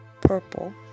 purple